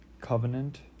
covenant